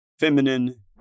feminine